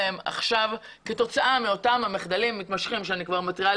תראי מה קורה בהם עכשיו כתוצאה מאותם מחדלים מתמשכים שאני מתריעה